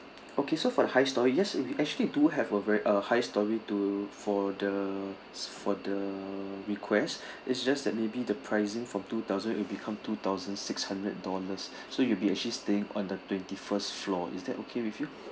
okay so for the high storey yes if we actually do have a very uh high storey to for the for the request it's just that maybe the pricing from two thousand it'll become two thousand six hundred dollars so you'll be actually staying on the twenty-first floor is that okay with you